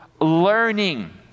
learning